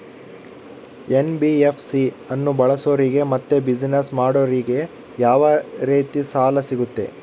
NBFC ಅನ್ನು ಬಳಸೋರಿಗೆ ಮತ್ತೆ ಬಿಸಿನೆಸ್ ಮಾಡೋರಿಗೆ ಯಾವ ರೇತಿ ಸಾಲ ಸಿಗುತ್ತೆ?